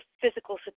physical